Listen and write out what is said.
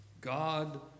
God